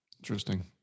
interesting